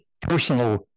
personal